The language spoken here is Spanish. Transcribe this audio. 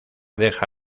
deja